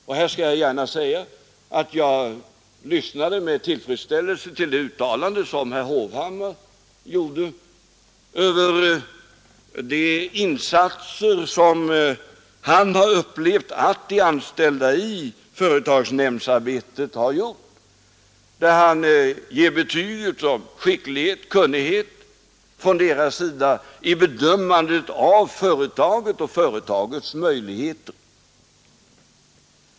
Och här skall jag gärna säga att jag med tillfredsställelse lyssnade till det uttalande som herr Hovhammar gjorde om de insatser, som han har upplevt att de anställda i företagsnämndsarbetet gjort, och där han gav betyget om skicklighet och kunnighet från deras sida i bedömandet av företaget och företagets möjligheter.